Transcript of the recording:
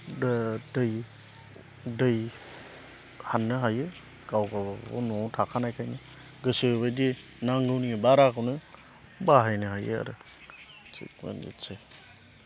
दै दै हाननो हायो गावबा गाव न'आव थाखानायखायनो गोसो बायदि नांगौनि बाराखौनो बाहायनो हायो आरो थिक बिदिनोसै